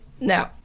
No